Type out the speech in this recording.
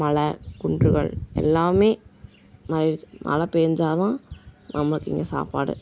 மலை குன்றுகள் எல்லாம் மாறிடுச்சி மழை பெஞ்சால் தான் நம்மளுக்கு இங்கே சாப்பாடு